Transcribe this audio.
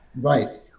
Right